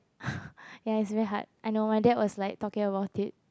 ya it's very hard I know my dad was like talking about it